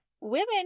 women